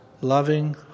loving